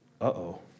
Uh-oh